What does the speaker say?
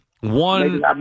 One